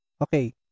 okay